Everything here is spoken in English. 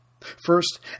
First